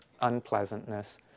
unpleasantness